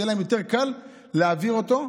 יהיה לה יותר קל להעביר אותו,